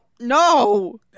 no